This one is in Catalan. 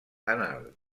anal